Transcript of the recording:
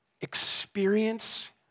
experience